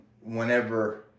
whenever